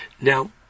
Now